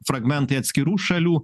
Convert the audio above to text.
fragmentai atskirų šalių